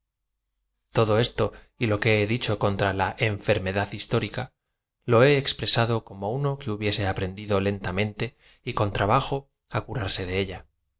todo esto y lo que he dicho con tra la enferm edad histórica lo he expresado como uno que hubiese aprendido lentamente y con trabajo k curarse de ella